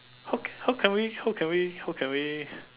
how can how can we how can we how can we